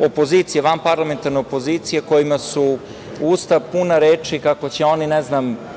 opozicije, vanparlamentarne opozicije kojima su usta puna reči kako će oni, ne znam,